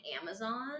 Amazon